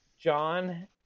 John